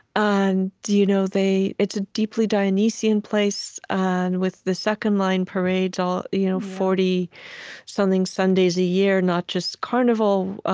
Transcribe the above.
and you know it's a deeply dionysian place, and with the second line parades all you know forty something sundays a year, not just carnival,